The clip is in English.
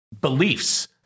beliefs